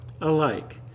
alike